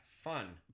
Fun